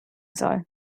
soll